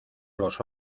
los